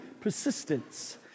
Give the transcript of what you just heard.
persistence